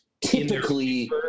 Typically